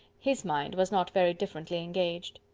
his mind was not very differently engaged.